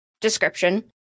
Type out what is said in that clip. description